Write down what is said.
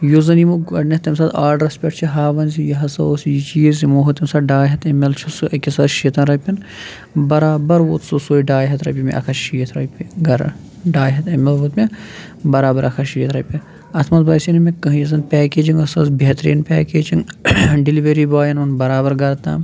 یُس زَن یِمو گۄڈٕنیٚتھ تمہِ ساتہٕ آرڈرَس پٮ۪ٹھ چھِ ہاوَان زِ یہِ ہسا اوس یہِ چیٖز یِمو تمہِ ساتہٕ ڈاے ہتھ ایٚم ایٚل چھُ سُہ أکِس ہَتَس شیٖتَن رۄپیَن برابر ووت سُہ سُے ڈاے ہَتھ رۄپیہِ مےٚ اَکھ ہتھ شیٖتھ رۄپیہِ گرٕٕ ڈاے ہتھ ایٚم ایٚل ووت مےٚ برابر ہتھ شیٖتھ رۄپیہِ اَتھ منٛز باسے نہٕ مے کہٕنۍ یُس زَن پیکیجِنٛگ ٲس سۄ ٲس بہتریٖن پیکیجِنٛگ ڈیلِؤری بایَن اوٚن بَرابر گَرٕ تام